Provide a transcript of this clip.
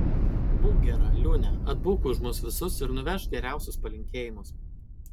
būk gera liūne atbūk už mus visus ir nuvežk geriausius palinkėjimus